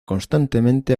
constantemente